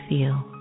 feel